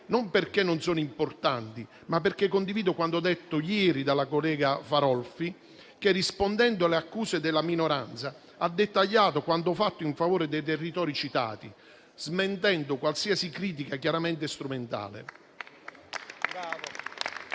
non perché non siano importanti, ma perché condivido quanto detto ieri dalla collega Farolfi che, rispondendo alle accuse della minoranza, ha dettagliato quanto fatto in favore dei territori citati, smentendo qualsiasi critica, chiaramente strumentale.